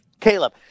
Caleb